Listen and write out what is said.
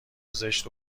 زشت